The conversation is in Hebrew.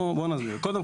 חכה.